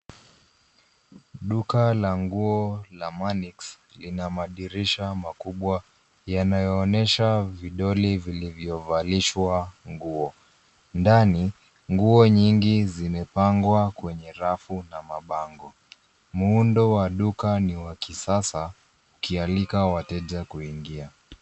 Duka la nguo la Manix lina madirisha makubwa yanayoonyesha vidoli vilivyovalishwa nguo. Ndani nguo nyingi zimepangwa kwenye rafu na mabango. Muundo wa duka ni wa kisasa ukialika wateja kuingia.